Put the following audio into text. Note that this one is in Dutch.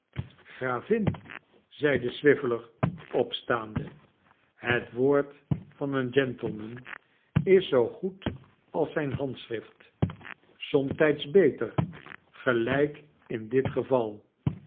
gravin zeide swiveller opstaande het woord van een gentleman is zoo goed als zijn handschrift somtyds beter gelijk in dit geval